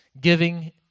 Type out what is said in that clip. giving